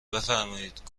بفرمایید